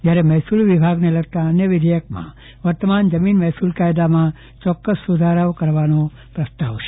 જયારે મહેસુલ વિભાગને લગતાં અન્ય વિદેયકમાં વર્તમાન જમીન મહેસૂલ કાયદામાં ચોક્કસ સુધારાઓ કરવાનો પ્રસ્તાવ છે